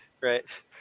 right